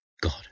God